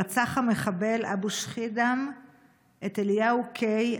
רצח המחבל אבו שחידם את אליהו קיי,